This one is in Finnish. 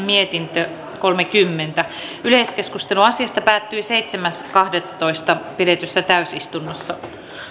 mietintö viisitoista yleiskeskustelu asiasta päättyi seitsemäs kahdettatoista kaksituhattakuusitoista pidetyssä täysistunnossa